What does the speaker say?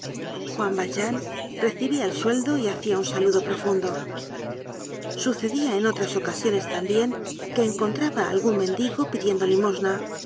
recibia el sueldo y hacia un saludo profundo sucedia en otras ocasiones tambien que encontraba á algun mendigo pidiendo limosna